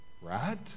Right